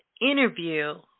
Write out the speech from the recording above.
interview